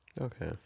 Okay